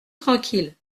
tranquille